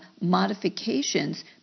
modifications